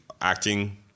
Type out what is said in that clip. acting